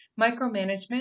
micromanagement